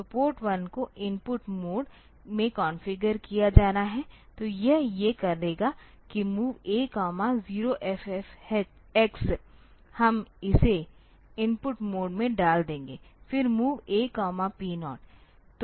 तो पोर्ट 1 को input mode में कॉन्फ़िगर किया जाना है तो यह ये करेगा कि MOV A 0FFX हम इसे इनपुट मोड में डाल देंगे फिर MOV AP0